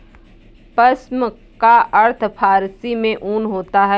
पश्म का अर्थ फारसी में ऊन होता है